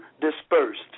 dispersed